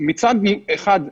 מצד אחד,